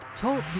Talk